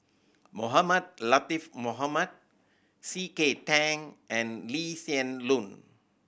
Mohamed Latiff Mohamed C K Tang and Lee Hsien Loong